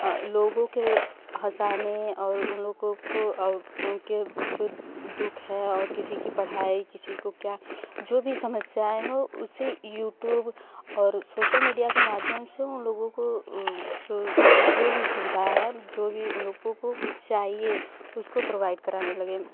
लोगों के हंसाने और उन लोगों को जो दुःख है और किसी की पढ़ाई और किसी को क्या जो भी समस्याएं है उसे यूट्यूब और शोशल मिडिया के माध्यम से उन लोगों को जो जो भी सुविधा है जो भी उन लोगों को जो भी चाहिए उसको प्रोवाइड कराने लगे